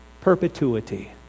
perpetuity